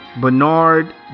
Bernard